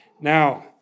Now